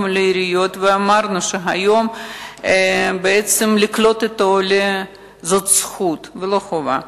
ואמרנו שהיום בעצם לקלוט את העולה זאת זכות ולא חובה,